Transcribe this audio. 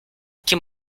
iki